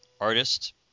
artist